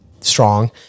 strong